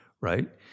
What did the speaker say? Right